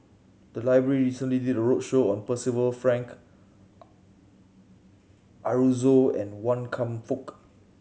the library recently did a roadshow on Percival Frank Aroozoo and Wan Kam Fook